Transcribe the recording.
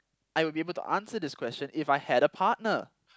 I would be able to answer this question if I had a partner